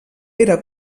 era